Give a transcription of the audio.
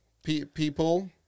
people